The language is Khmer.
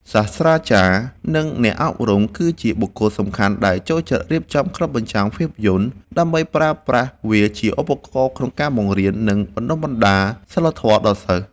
សាស្ត្រាចារ្យ និងអ្នកអប់រំ គឺជាបុគ្គលសំខាន់ដែលចូលចិត្តរៀបចំក្លឹបបញ្ចាំងភាពយន្ត ដើម្បីប្រើប្រាស់វាជាឧបករណ៍ក្នុងការបង្រៀន និងបណ្ដុះបណ្ដាលសីលធម៌ដល់សិស្ស។